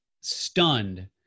stunned